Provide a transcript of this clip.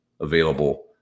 Available